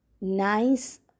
nice